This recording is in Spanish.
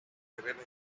revela